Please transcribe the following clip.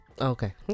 Okay